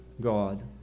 God